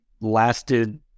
lasted